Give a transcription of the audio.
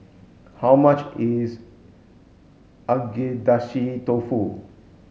how much is Agedashi Dofu